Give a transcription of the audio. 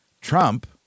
Trump